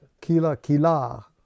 Kila-Kila